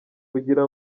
kugira